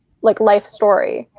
like life story.